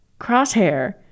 crosshair